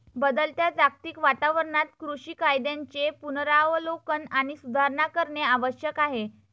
बदलत्या जागतिक वातावरणात कृषी कायद्यांचे पुनरावलोकन आणि सुधारणा करणे आवश्यक आहे